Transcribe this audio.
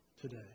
today